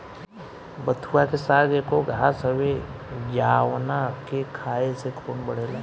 बथुआ के साग एगो घास हवे जावना के खाए से खून बढ़ेला